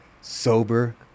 sober